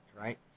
right